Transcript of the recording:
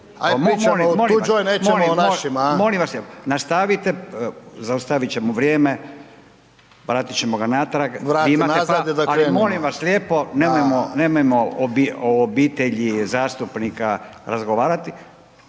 **Radin, Furio (Nezavisni)** Molim vas lijepo, nastavite, zaustavit ćemo vrijeme, vratit ćemo ga natrag, imate ali molim vas lijepo, nemojmo o obitelji zastupnika razgovarati